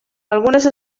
algunes